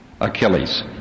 Achilles